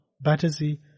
Battersea